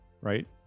right